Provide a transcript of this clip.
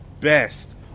best